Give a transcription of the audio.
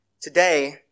Today